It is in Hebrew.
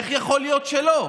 איך יכול להיות שלא?